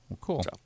Cool